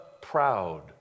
proud